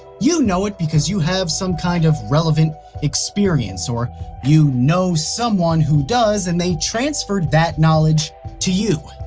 you know it because you have some kind of relevant experience, or you know someone who does and they transferred that knowledge to you.